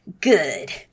good